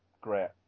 great